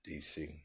DC